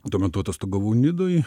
tuo metu atostogavau nidoj